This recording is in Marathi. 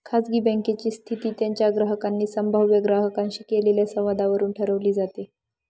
खाजगी बँकेची स्थिती त्यांच्या ग्राहकांनी संभाव्य ग्राहकांशी केलेल्या संवादावरून ठरवली जाते